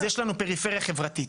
אז ישלנו פריפריה חברתית.